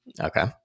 Okay